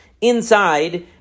inside